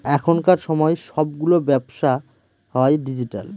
এখনকার সময় সবগুলো ব্যবসা হয় ডিজিটাল